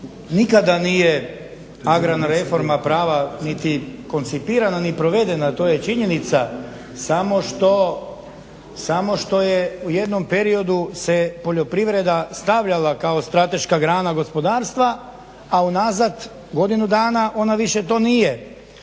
nikada nije agrarna reforma prava niti koncipirana niti provedena, to je činjenica, samo što je u jednom periodu se poljoprivreda stavljala kao strateška grana gospodarstva, a unazad godinu dana ona više to nije.